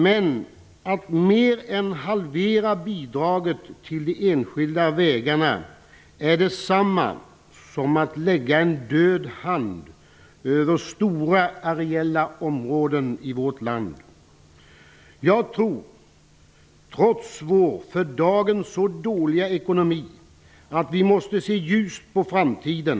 Men att mer än halvera bidraget till de enskilda vägarna är det samma som att lägga en död hand över stora areella områden i vårt land. Jag tror, trots vår för dagen så dåliga ekonomi, att vi måste se ljust på framtiden.